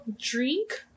drink